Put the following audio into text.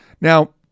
Now